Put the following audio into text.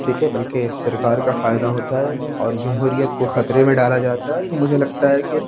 ٹھیک ہے بلکہ سرکار کا فائدہ ہوتا ہے اور جمہوریت کو خطرے میں ڈالا جاتا ہے تو مجھے لگتا ہے کہ